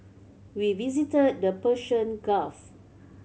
we visited the Persian Gulf